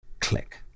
Click